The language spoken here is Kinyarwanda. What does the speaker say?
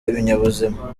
ibinyabuzima